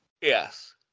Yes